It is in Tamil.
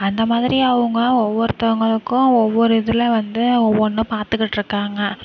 அந்த மாதிரி அவங்க ஒவ்வொருத்தவங்களுக்கும் ஒவ்வொரு இதில் வந்து ஒவ்வொன்று பார்த்துகிட்ருக்காங்க